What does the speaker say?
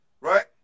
right